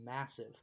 massive